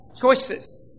choices